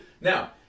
now